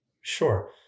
Sure